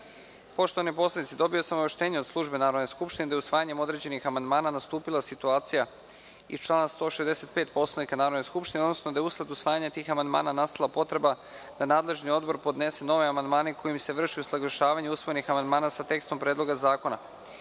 narodi poslanici, dobio sam obaveštenje od službe narodne skupštine da je, usvajanjem određenih amandmana, nastupila situacija iz člana 165. Poslovnika Narodne skupštine, odnosno da je usled usvajanja tih amandmana nastala potreba da nadležni odbor podnese nove amandmane kojima se vrši usaglašavanje usvojenih amandmana sa tekstom Predloga zakonaRadi